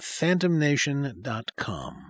phantomnation.com